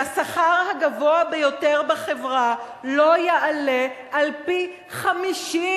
שהשכר הגבוה ביותר בחברה לא יעלה על פי-50,